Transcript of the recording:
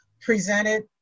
presented